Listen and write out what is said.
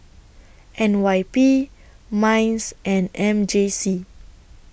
N Y P Minds and M J C